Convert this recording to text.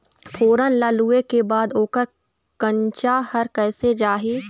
फोरन ला लुए के बाद ओकर कंनचा हर कैसे जाही?